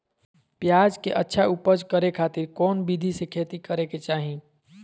प्याज के अच्छा उपज करे खातिर कौन विधि से खेती करे के चाही?